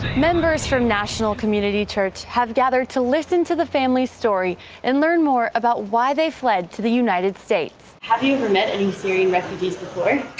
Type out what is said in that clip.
members from national community church have gathered to listen to the family's story and learn more about why they fled to the united states. have you ever met any syrian refugees before?